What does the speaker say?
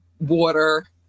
water